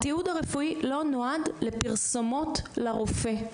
התיעוד הרפואי לא נועד לפרסומות לרופא,